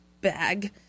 Bag